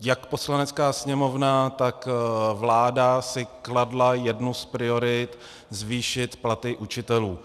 Jak Poslanecká sněmovna, tak vláda si kladly jednu z priorit zvýšit platy učitelů.